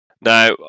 Now